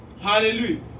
Hallelujah